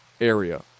area